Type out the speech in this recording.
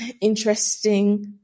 interesting